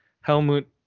Helmut